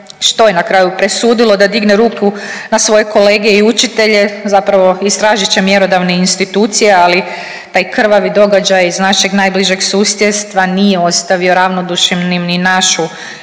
što je na kraju presudilo da digne ruku na svoje kolege i učitelje zapravo istražit će mjerodavne institucije, ali taj krvavi događaj iz našeg najbližeg susjedstva nije ostavio ravnodušnim ni našu